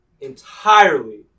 entirely